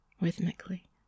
rhythmically